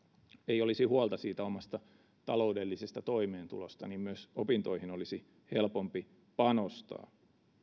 ei olisi huolta omasta taloudellisesta toimeentulosta myös opintoihin olisi helpompi panostaa